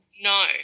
No